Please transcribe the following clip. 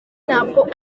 ntabwo